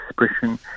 expression